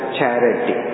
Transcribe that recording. charity